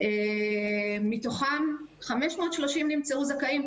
מתוכן 530 נמצאו זכאים,